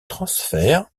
transfert